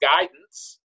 guidance